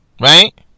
right